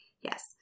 yes